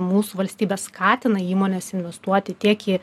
mūsų valstybė skatina įmones investuoti tiek į